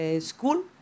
school